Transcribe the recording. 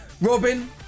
Robin